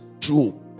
true